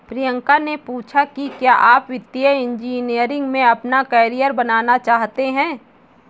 प्रियंका ने पूछा कि क्या आप वित्तीय इंजीनियरिंग में अपना कैरियर बनाना चाहते हैं?